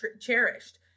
cherished